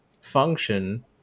function